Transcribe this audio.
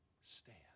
stand